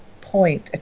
point